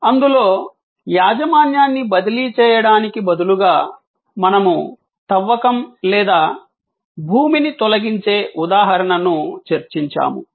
అందులో యాజమాన్యాన్ని బదిలీ చేయడానికి బదులుగా మనము తవ్వకం లేదా భూమిని తొలగించే ఉదాహరణను చర్చించాము